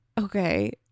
okay